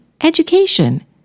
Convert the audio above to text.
education